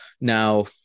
now